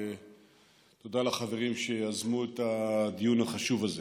ותודה לחברים שיזמו את הדיון החשוב הזה.